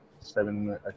seven